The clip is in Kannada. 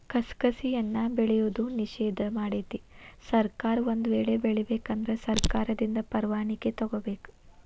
ಕಸಕಸಿಯನ್ನಾ ಬೆಳೆಯುವುದು ನಿಷೇಧ ಮಾಡೆತಿ ಸರ್ಕಾರ ಒಂದ ವೇಳೆ ಬೆಳಿಬೇಕ ಅಂದ್ರ ಸರ್ಕಾರದಿಂದ ಪರ್ವಾಣಿಕಿ ತೊಗೊಬೇಕ